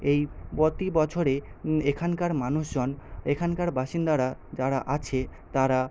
এই প্রতি বছরে এখানকার মানুষজন এখানকার বাসিন্দারা যারা আছে তারা